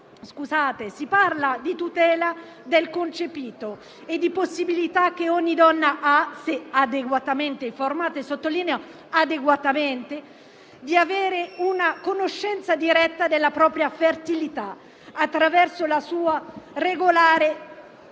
Si parla di tutela del concepito e di possibilità che ogni donna ha se adeguatamente informata - sottolineo adeguatamente - di avere una conoscenza diretta della propria fertilità, mediante metodi naturali